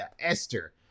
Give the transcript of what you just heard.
Esther